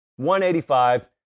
185